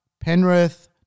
Penrith